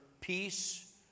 peace